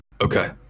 okay